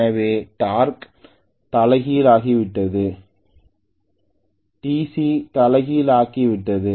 எனவே டார்க் தலைகீழ் ஆகிவிட்டது Te தலைகீழ் ஆகிவிட்டது